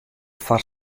foar